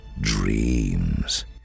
dreams